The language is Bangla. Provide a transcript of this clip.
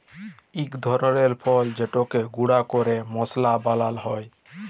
ইক ধরলের ফল যেটকে গুঁড়া ক্যরে মশলা বালাল হ্যয়